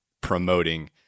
promoting